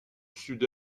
sud